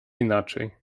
inaczej